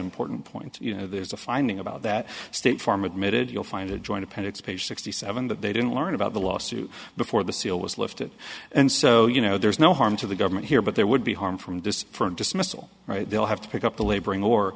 important point you know there's a finding about that state farm admitted you'll find a joint appendix page sixty seven that they didn't learn about the lawsuit before the seal was lifted and so you know there's no harm to the government here but there would be harm from this for a dismissal right they'll have to pick up the laboring or